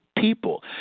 people